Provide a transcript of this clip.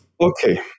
Okay